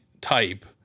type